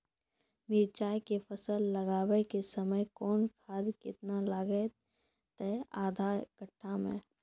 मिरचाय के फसल लगाबै के समय कौन खाद केतना लागतै आधा कट्ठा मे?